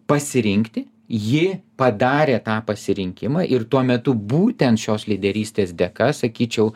pasirinkti ji padarė tą pasirinkimą ir tuo metu būtent šios lyderystės dėka sakyčiau